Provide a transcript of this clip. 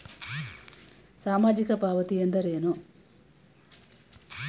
ಸಾಮಾಜಿಕ ಪಾವತಿ ಎಂದರೇನು?